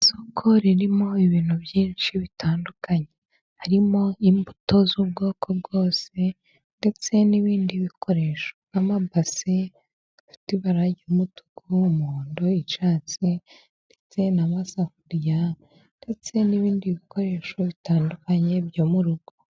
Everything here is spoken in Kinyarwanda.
Isoko ririmo ibintu byinshi bitandukanye. Harimo imbuto z'ubwoko bwose ndetse n'ibindi bikoresho nk' amabase, afite ibara ry'umutuku, umuhondo, icyatsi ndetse n'amasafuriya, ndetse n'ibindi bikoresho bitandukanye byo mu rugo.